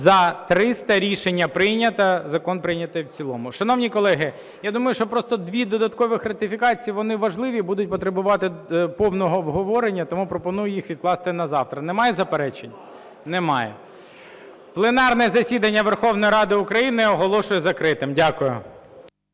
За-300 Рішення прийнято. Закон прийнятий в цілому. Шановні колеги, я думаю, що просто дві додаткових ратифікації, вони важливі, будуть потребувати повного обговорення, тому пропоную їх відкласти на завтра. Немає заперечень? Немає. Пленарне засідання Верховної Ради України оголошую закритим. Дякую.